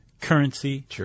currency